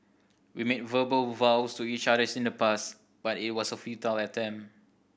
we made verbal vows to each other in the past but it was a futile attempt